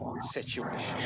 situation